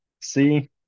See